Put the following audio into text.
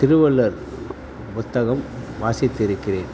திருவள்ளுவர் புத்தகம் வாசித்திருக்கிறேன்